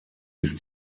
ist